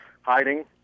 hiding